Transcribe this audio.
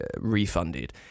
refunded